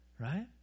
Right